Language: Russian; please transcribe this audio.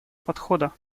подхода